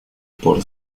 por